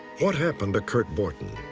what happened to curt borton?